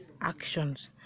actions